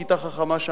כיתה חכמה שם,